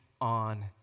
on